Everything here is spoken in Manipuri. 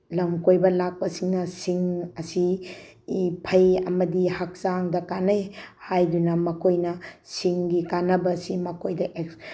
ꯂꯝ ꯀꯣꯏꯕ ꯂꯥꯛꯄꯁꯤꯡꯅ ꯁꯤꯡ ꯑꯁꯤ ꯐꯩ ꯑꯃꯗꯤ ꯍꯛꯆꯥꯡꯗ ꯀꯥꯟꯅꯩ ꯍꯥꯏꯗꯨꯅ ꯃꯈꯣꯏꯅ ꯁꯤꯡꯒꯤ ꯀꯥꯟꯅꯕꯁꯤ ꯃꯈꯣꯏꯗ